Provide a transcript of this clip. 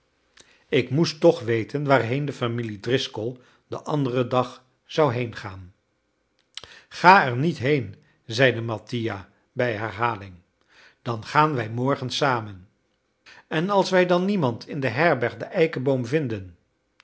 ik moest toch weten waarheen de familie driscoll den anderen dag zou heengaan ga er niet heen zeide mattia bij herhaling dan gaan wij morgen samen en als wij dan niemand in de herberg de eikenboom vinden